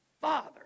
Father